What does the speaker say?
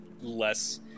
less